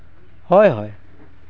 ᱦᱳᱭ ᱦᱳᱭ